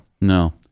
No